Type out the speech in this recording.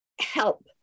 help